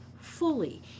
fully